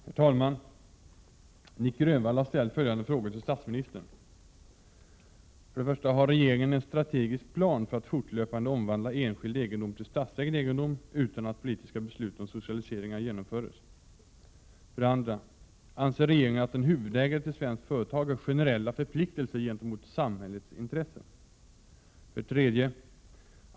Herr talman! Nic Grönvall har ställt följande frågor tilll statsministern. 1. Har regeringen en strategisk plan för att fortlöpande omvandla enskild egendom till statsägd egendom utan att politiska beslut om socialiseringar genomförs? 2. Anser regeringen att en huvudägare till svenskt företag har generella förpliktelser gentemot ”samhällets intressen”? 3.